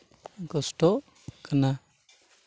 ᱠᱚᱥᱴᱚᱜ ᱠᱟᱱᱟ